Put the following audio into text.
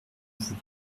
vous